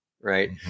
Right